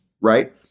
right